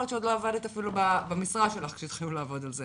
יכול להיות שעוד לא עבדת אפילו במשרה שלך כשהתחילו לעבוד על זה.